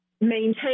maintain